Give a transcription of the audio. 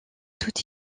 toute